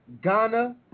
Ghana